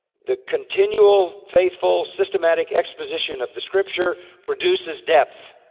the continual faithful systematic exposition of the scripture produces depth.